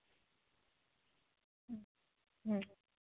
ᱦᱩᱸ ᱦᱩᱸ